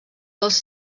dels